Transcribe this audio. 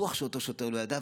בטוח שאותו שוטר לא ידע,